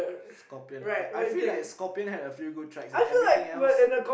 scorpion I I feel like scorpion had a few good tracks and everything else